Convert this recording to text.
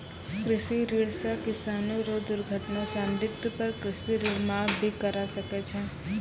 कृषि ऋण सह किसानो रो दुर्घटना सह मृत्यु पर कृषि ऋण माप भी करा सकै छै